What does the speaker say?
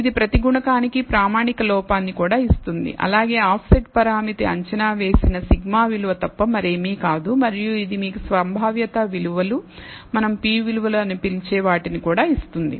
ఇది ప్రతి గుణకానికి ప్రామాణిక లోపాన్ని కూడా ఇస్తుంది అలాగే ఆఫ్సెట్ పరామితి అంచనా వేసిన σ విలువ తప్ప మరేమీ కాదు మరియు ఇది మీకు సంభావ్యత విలువలుమనం p విలువలు అని పిలిచే వాటిని కూడా ఇస్తుంది